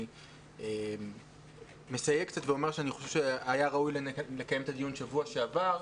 אני מסייג קצת ואומר שאני חושב שהיה ראוי לקיים את הדיון בשבוע שעבר,